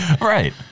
Right